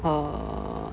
err